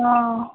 ಹಾಂ